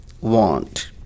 want